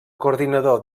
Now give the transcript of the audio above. coordinador